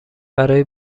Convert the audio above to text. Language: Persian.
برای